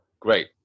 great